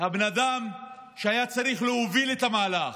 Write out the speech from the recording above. הבן אדם שהיה צריך להוביל את המהלך,